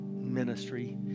ministry